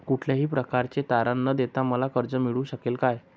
कुठल्याही प्रकारचे तारण न देता मला कर्ज मिळू शकेल काय?